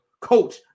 coach